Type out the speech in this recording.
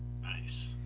Nice